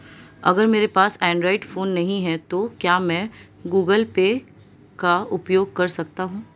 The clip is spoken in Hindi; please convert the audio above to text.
अगर मेरे पास एंड्रॉइड फोन नहीं है तो क्या मैं गूगल पे का उपयोग कर सकता हूं?